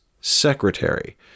secretary